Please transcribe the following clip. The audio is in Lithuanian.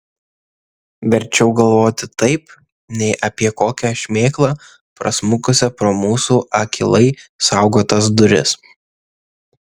verčiau galvoti taip nei apie kokią šmėklą prasmukusią pro mūsų akylai saugotas duris